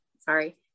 sorry